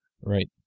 Right